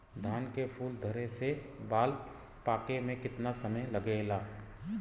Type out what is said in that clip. धान के फूल धरे से बाल पाके में कितना समय लागेला?